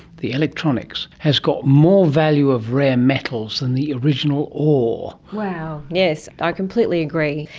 the electronics, has got more value of rare metals than the original ore. wow. yes, i completely agree.